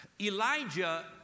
Elijah